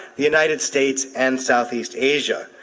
the united states, and south east asia,